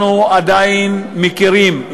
אנחנו עדיין מכירים,